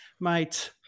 mate